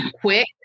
quick